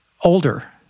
older